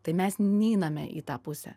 tai mes neiname į tą pusę